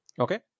Okay